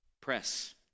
press